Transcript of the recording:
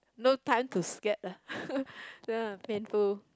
no time to scared ah ya painful